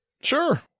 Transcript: Sure